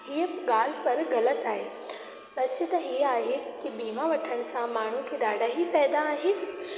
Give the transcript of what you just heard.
हीअ ॻाल्हि पर ग़लति आहे सचु त इहा आहे की बीमा वठण सां माण्हूअ खे ॾाढा ई फ़ाइदा आहिनि